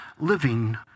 living